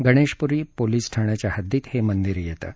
Ganeshpuri police ठाण्याच्या हद्दीत हे मंदिर येतं